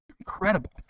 incredible